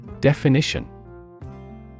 Definition